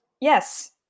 Yes